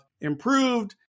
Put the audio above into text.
improved